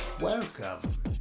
Welcome